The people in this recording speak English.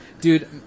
dude